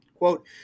Quote